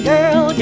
Girl